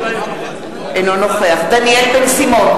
אינו נוכח דניאל בן-סימון,